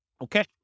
Okay